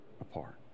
apart